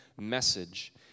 message